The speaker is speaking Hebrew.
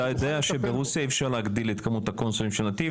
אתה יודע שברוסיה אי אפשר להגדיל את כמות הקונסולים של "נתי"ב".